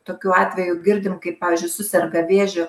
tokiu atveju girdim kaip pavyzdžiui suserga vėžiu